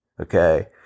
Okay